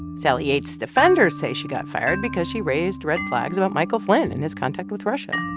sally yates defenders say she got fired because she raised red flags about michael flynn and his contact with russia.